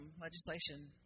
Legislation